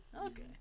Okay